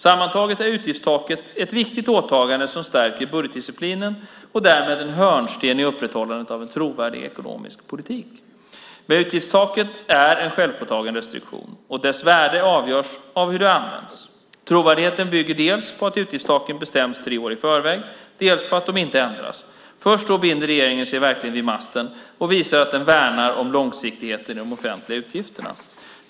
Sammantaget är utgiftstaket ett viktigt åtagande som stärker budgetdisciplinen och är därmed en hörnsten i upprätthållandet av en trovärdig ekonomisk politik. Men utgiftstaket är en självpåtagen restriktion och dess värde avgörs av hur det används. Trovärdigheten bygger dels på att utgiftstaket bestäms tre år i förväg, dels på att det inte ändras. Först då binder regeringen sig verkligen vid masten och visar att den värnar om långsiktigheten i de offentliga utgifterna.